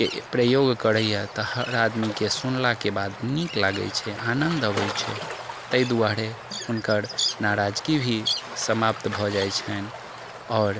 के प्रयोग करैया तऽ हर आदमीके सुनलाके बाद नीक लागैत छै आनन्द आबैत छै ताहि दुआरे हुनकर नाराजगी भी समाप्त भए जाइत छनि आओर